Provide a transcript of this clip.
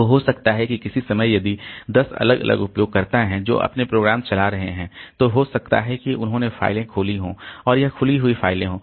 तो हो सकता है कि किसी समय यदि 10 अलग अलग उपयोगकर्ता हैं जो अपने प्रोग्राम चला रहे हैं तो हो सकता है कि उन्होंने फाइलें खोली हों और यह खुली हुई फाइलें हों